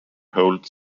holds